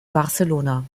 barcelona